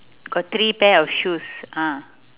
got three pair of shoes ah